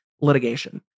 litigation